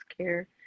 care